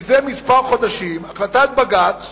זה כמה חודשים החלטת בג"ץ